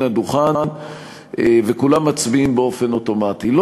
מן הדוכן וכולם מצביעים באופן אוטומטי.